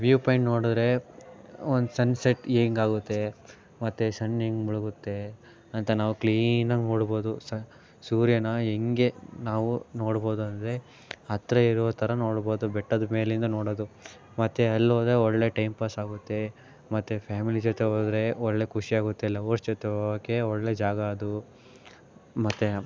view point ನೋಡಿದರೆ ಒಂದು sunset ಹೇಗಾಗುತ್ತೆ ಮತ್ತು ಸನ್ ಹೆಂಗೆ ಮುಳುಗುತ್ತೆ ಅಂತ ನಾವು ಕ್ಲೀನಾಗಿ ನೋಡ್ಬೋದು ಸೂರ್ಯನ ಹೇಗೆ ನಾವು ನೋಡ್ಬೋದಂದ್ರೆ ಹತ್ತಿರ ಇರುವ ಥರ ನೋಡ್ಬೋದು ಬೆಟ್ಟದ ಮೇಲಿಂದ ನೋಡೋದು ಮತ್ತೆ ಅಲ್ಲೋದ್ರೆ ಒಳ್ಳೆಯ ಟೈಮ್ ಪಾಸಾಗುತ್ತೆ ಮತ್ತು ಫ್ಯಾಮಿಲಿ ಜೊತೆ ಹೋದರೆ ಒಳ್ಳೆಯ ಖುಷಿಯಾಗುತ್ತೆ ಲವ್ವರ್ಸ್ ಜೊತೆ ಹೋಗೋಕ್ಕೆ ಒಳ್ಳೆಯ ಜಾಗ ಅದು ಮತ್ತು